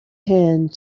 hand